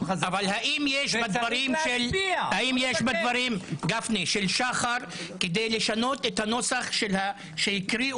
אבל האם יש בדברים של שחר כדי לשנות את הנוסח שהקריאו